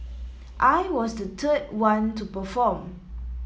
I was the third one to perform